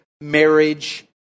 marriage